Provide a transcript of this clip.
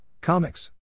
Comics